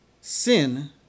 sin